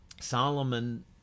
solomon